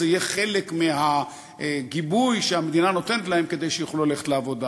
זה יהיה חלק מהגיבוי שהמדינה נותנת להן כדי שיוכלו ללכת לעבודה.